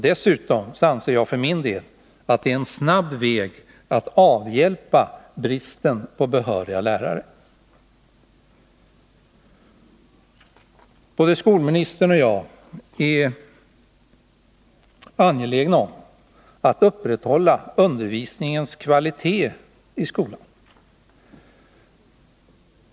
Dessutom anser jag för min del att det är en snabb väg att avhjälpa bristen på behöriga lärare. Både skolministern och jag är angelägna om att upprätthålla kvaliteten på undervisningen i skolan.